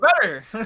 better